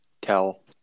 tell